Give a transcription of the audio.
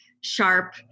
sharp